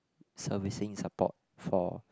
servicing support for